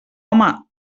home